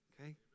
Okay